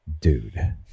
Dude